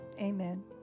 Amen